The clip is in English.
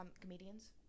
comedians